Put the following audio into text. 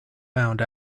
found